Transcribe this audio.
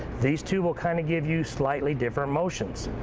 these two will kind of give you slightly different motions.